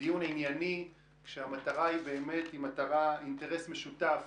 זה דיון ענייני כשהמטרה היא באמת אינטרס משותף,